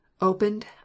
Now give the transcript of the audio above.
OPENED